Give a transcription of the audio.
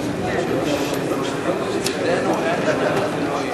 הנושא לוועדת העבודה, הרווחה והבריאות נתקבלה.